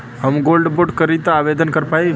हम gold bond करती आवेदन कर पाईब?